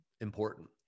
important